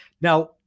Now